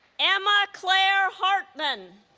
emma claire hartman